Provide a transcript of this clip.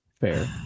Fair